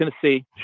Tennessee